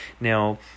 Now